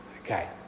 Okay